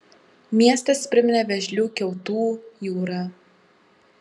miestas priminė vėžlių kiautų jūrą